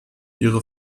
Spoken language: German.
ihre